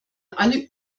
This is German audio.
alle